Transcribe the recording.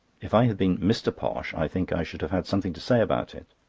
if i had been mr. posh, i think i should have had something to say about it.